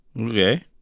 Okay